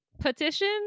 petition